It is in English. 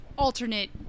alternate